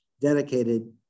dedicated